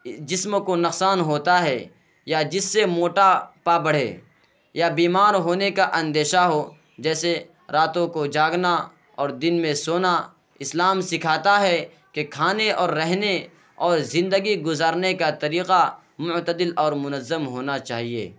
جسم کو نقصان ہوتا ہے یا جس سے موٹاپا بڑھے یا بیمار ہونے کا اندیشہ ہو جیسے راتوں کو جاگنا اور دن میں سونا اسلام سکھاتا ہے کہ کھانے اور رہنے اور زندگی گزارنے کا طریقہ معتدل اور منظم ہونا چاہیے